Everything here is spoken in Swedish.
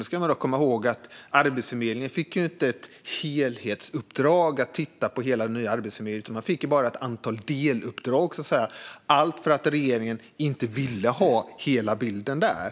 Då ska man komma ihåg att Arbetsförmedlingen inte fick ett helhetsuppdrag att titta på den nya Arbetsförmedlingen utan bara ett antal deluppdrag, så att säga, allt för att regeringen inte ville ha hela bilden där.